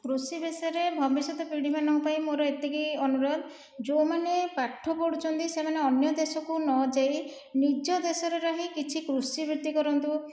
କୃଷି ବିଷୟରେ ଭବିଷ୍ୟତ ପିଢ଼ିମାନଙ୍କ ପାଇଁ ମୋର ଏତିକି ଅନୁରୋଧ ଯେଉଁମାନେ ପାଠ ପଢ଼ୁଛନ୍ତି ସେମାନେ ଅନ୍ୟ ଦେଶକୁ ନଯାଇ ନିଜ ଦେଶରେ ରହି କିଛି କୃଷି ବୃତ୍ତି କରନ୍ତୁ